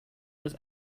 was